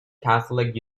catholic